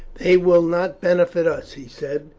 they will not benefit us, he said.